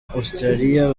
australia